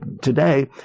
today